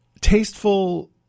tasteful